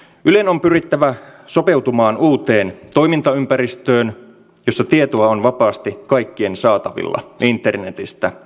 ylen on pyrittävä sopeutumaan uuteen toimintaympäristöön jossa tietoa on vapaasti kaikkien saatavilla internetistä